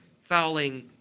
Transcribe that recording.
fouling